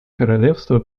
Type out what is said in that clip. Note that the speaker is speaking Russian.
королевство